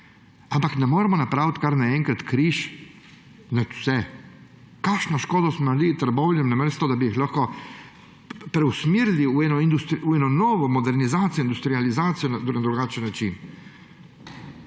Ampak ne moremo narediti kar naenkrat križ čez vse. Kakšno škodo smo naredili Trbovljam, namesto da bi jih preusmerili v neko novo modernizacijo, industrializacijo na drugačen način!